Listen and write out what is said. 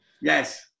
Yes